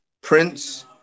Prince